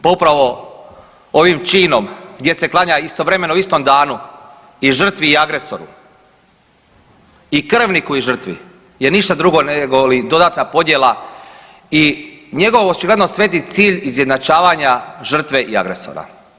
Pa upravo ovim činom, gdje se klanja istovremeno u istom danu i žrtvi i agresoru, i krvniku i žrtvi, je ništa drugo, negoli dodatna podjela i njegov očigledno sveti cilj izjednačavanja žrtve i agresora.